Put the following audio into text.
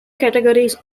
categories